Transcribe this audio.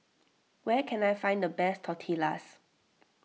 where can I find the best Tortillas